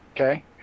okay